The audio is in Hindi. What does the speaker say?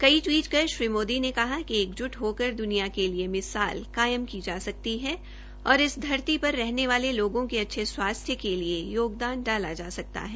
कई टवीट कर श्री मोदी ने कहा कि एकजुट होकर दुनिया के लिए मिसाल कायम की जा सकती है और इस धरती पर रहने वाले लोगों के अच्छे स्वास्थ्य के लिए योगदान डाला जा सकता है